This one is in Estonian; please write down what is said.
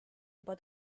juba